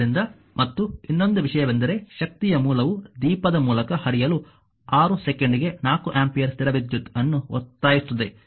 ಆದ್ದರಿಂದ ಮತ್ತು ಇನ್ನೊಂದು ವಿಷಯವೆಂದರೆ ಶಕ್ತಿಯ ಮೂಲವು ದೀಪದ ಮೂಲಕ ಹರಿಯಲು 6 ಸೆಕೆಂಡಿಗೆ 4 ಆಂಪಿಯರ್ ಸ್ಥಿರ ವಿದ್ಯುತ್ ಅನ್ನು ಒತ್ತಾಯಿಸುತ್ತದೆ